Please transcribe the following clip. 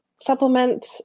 supplement